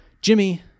Jimmy